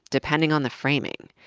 depending on the framing.